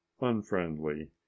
unfriendly